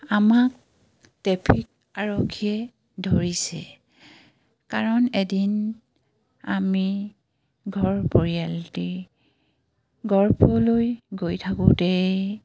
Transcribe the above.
আমাক ট্ৰেফিক আৰক্ষীয়ে ধৰিছে কাৰণ এদিন আমি ঘৰ পৰিয়ালটি গৰ্ফলৈ গৈ থাকোঁতে